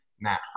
Matt